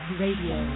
radio